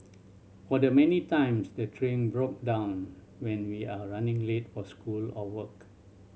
for the many times the train broke down when we are running late for school or work